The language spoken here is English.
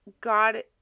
God